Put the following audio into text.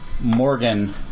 Morgan